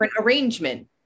arrangement